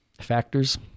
factors